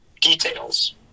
details